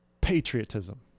patriotism